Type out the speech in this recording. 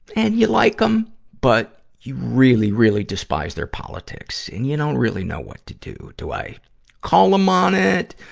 and you like em, but you really, really despise their politics. and you don't really know what to do. do i call em on it?